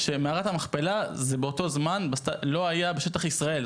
שמערת המכפלה לא היתה באותו זמן בשטח ישראל.